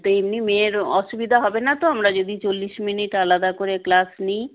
তা এমনি মেয়ের অসুবিধা হবে না তো আমরা যদি চল্লিশ মিনিট আলাদা করে ক্লাস নিই